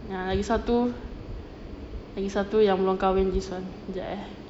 ya lagi satu lagi satu yang belum kahwin this one jap eh